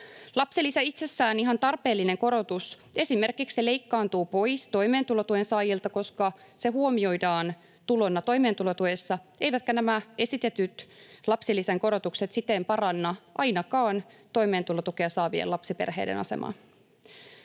Lapsilisä, itsessään ihan tarpeellinen korotus, esimerkiksi leikkaantuu pois toimeentulotuen saajilta, koska se huomioidaan tulona toimeentulotuessa, eivätkä nämä esitetyt lapsilisän korotukset siten paranna ainakaan toimeentulotukea saavien lapsiperheiden asemaa.